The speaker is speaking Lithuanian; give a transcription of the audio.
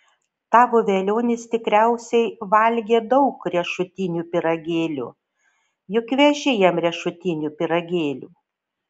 tavo velionis tikriausiai valgė daug riešutinių pyragėlių juk veži jam riešutinių pyragėlių